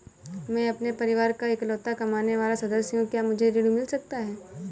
मैं अपने परिवार का इकलौता कमाने वाला सदस्य हूँ क्या मुझे ऋण मिल सकता है?